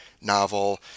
novel